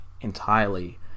entirely